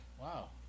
wow